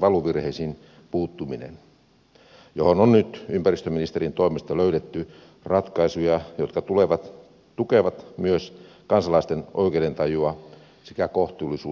valuvirheisiin puuttuminen johon on nyt ympäristöministerin toimesta löydetty ratkaisuja jotka tukevat myös kansalaisten oikeudentajua sekä kohtuullisuuden periaatetta